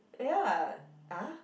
ya ah